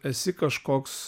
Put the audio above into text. esi kažkoks